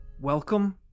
Welcome